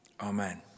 Amen